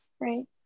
right